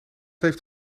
heeft